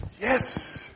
Yes